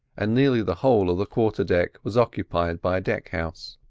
and nearly the whole of the quarter-deck was occupied by a deck-house.